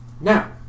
Now